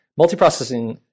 multiprocessing